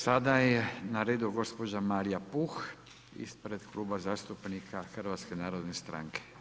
Sada je na redu gospođa Marija Puh ispred Kluba zastupnika HNS-a.